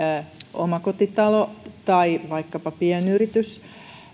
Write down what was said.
omakotitalo tai vaikkapa pienyritys